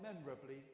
memorably